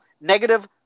negative